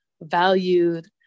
valued